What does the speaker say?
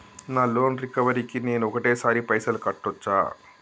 నా loan recovery కి నేను ఒకటేసరి పైసల్ కట్టొచ్చా?